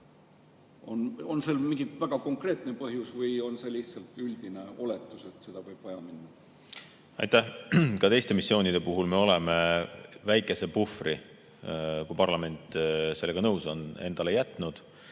On sel mingi väga konkreetne põhjus või on see lihtsalt üldine oletus, et seda võib vaja minna?